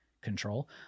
control